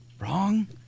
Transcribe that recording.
wrong